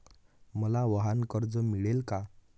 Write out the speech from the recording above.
मला वाहनकर्ज मिळेल का?